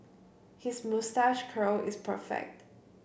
his moustache curl is perfect